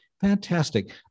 Fantastic